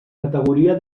categoria